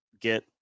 get